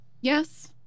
Yes